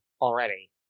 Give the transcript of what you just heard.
already